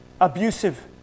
abusive